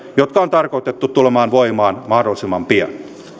jotka on tarkoitettu tulemaan voimaan mahdollisimman pian